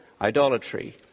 idolatry